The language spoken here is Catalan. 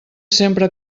sempre